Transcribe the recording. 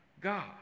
god